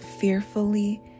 fearfully